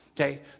okay